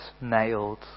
nailed